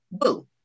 Boo